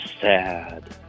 sad